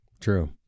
True